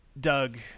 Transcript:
doug